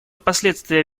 последствия